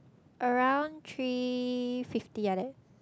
around three fifty like that